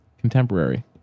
contemporary